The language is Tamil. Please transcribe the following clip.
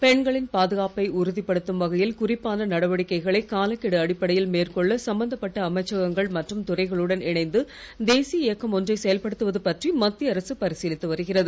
பெண்களின் பாதுகாப்பை உறுதிப்படுத்தும் வகையில் குறிப்பான நடவடிக்கைகளை காலக்கெடு அடிப்படையில் மேற்கொள்ள சம்பந்தப்பட்ட அமைச்சகங்கள் மற்றும் துறைகளுடன் இணைந்து தேசிய இயக்கம் ஒன்றை செயல்படுத்துவது பற்றி மத்திய அரசு பரிசீலித்து வருகிறது